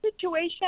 situation